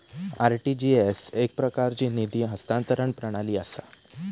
RTGS एकप्रकारची निधी हस्तांतरण प्रणाली असा